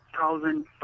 thousand